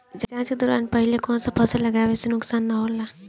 जाँच के दौरान पहिले कौन से फसल लगावे से नुकसान न होला?